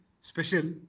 special